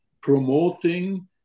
promoting